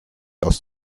aus